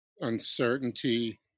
uncertainty